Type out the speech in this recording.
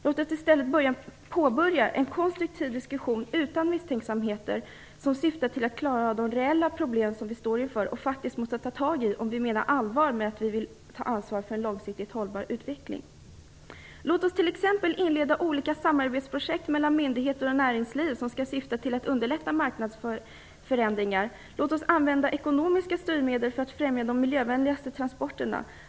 Låt oss i stället påbörja en konstruktiv diskussion utan misstänksamheter, som syftar till att klara av de reella problem som vi står inför och faktiskt måste ta tag i om vi menar allvar med att vi vill ta ansvar för en långsiktigt hållbar utveckling. Låt oss t.ex. inleda olika samarbetsprojekt mellan myndigheter och näringsliv i syfte att underlätta marknadsförändringar. Låt oss använda ekonomiska styrmedel för att främja de miljövänligaste transporterna.